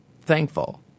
Thankful